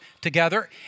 together